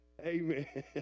Amen